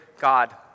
God